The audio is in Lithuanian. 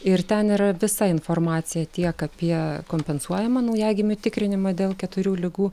ir ten yra visa informacija tiek apie kompensuojamą naujagimių tikrinimą dėl keturių ligų